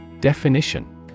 Definition